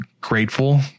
grateful